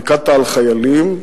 פיקדת על חיילים,